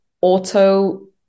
auto